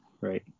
Right